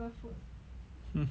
hmm hmm